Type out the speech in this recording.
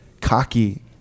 cocky